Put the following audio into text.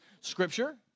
scripture